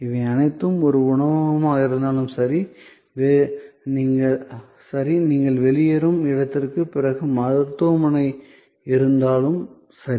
இவை அனைத்தும் ஒரு உணவகமாக இருந்தாலும் சரி நீங்கள் வெளியேறும் இடத்திற்குப் பிறகு மருத்துவமனையில் இருந்தாலும் சரி